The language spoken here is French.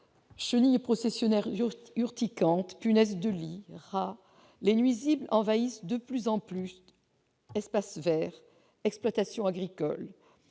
chenilles processionnaires urticantes, des punaises de lit ou encore des rats, les nuisibles envahissent de plus en plus espaces verts, exploitations agricoles,